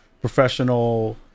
professional